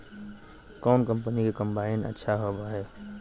कौन कंपनी के कम्बाइन अच्छा होबो हइ?